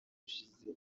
ushize